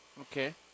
Okay